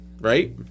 right